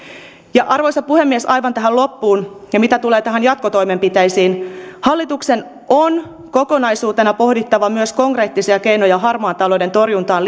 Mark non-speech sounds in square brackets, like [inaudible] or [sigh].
arvoisa puhemies aivan tähän loppuun ja mitä tulee jatkotoimenpiteisiin hallituksen on kokonaisuutena pohdittava myös konkreettisia keinoja harmaan talouden torjuntaan [unintelligible]